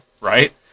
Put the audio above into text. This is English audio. right